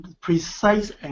precise